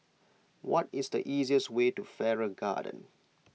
what is the easiest way to Farrer Garden